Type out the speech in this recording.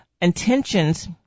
Intentions